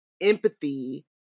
empathy